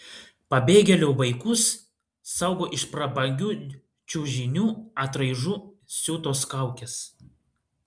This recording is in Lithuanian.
pabėgėlių vaikus saugo iš prabangių čiužinių atraižų siūtos kaukės